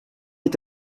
est